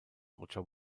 roger